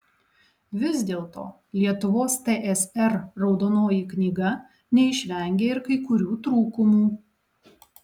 vis dėlto lietuvos tsr raudonoji knyga neišvengė ir kai kurių trūkumų